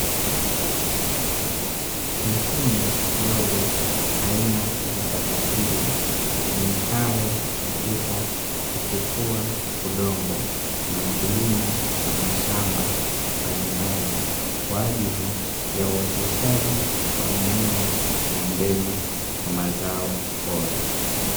Mashine ndogo aina ya katapila itumikayo katika kutifua udongo na kilimo cha mashamba mbalimbali kwa ajili ya uoteshaji wa mimea na mbegu kwa mazao bora.